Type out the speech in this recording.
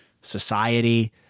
society